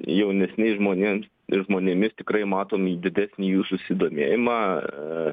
jaunesniais žmonėm ir žmonėmis tikrai matom didesnį jų susidomėjimą